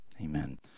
Amen